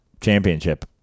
championship